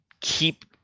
keep